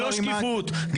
ללא שקיפות.